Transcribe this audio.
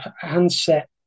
handset